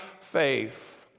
faith